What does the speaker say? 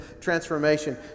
Transformation